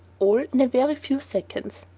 all in a very few seconds.